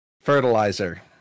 fertilizer